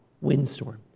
windstorm